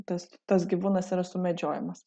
tas tas gyvūnas yra sumedžiojamas